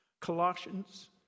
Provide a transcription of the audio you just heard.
Colossians